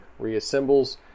reassembles